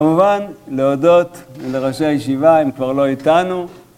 כמובן להודות לראשי הישיבה הם כבר לא איתנו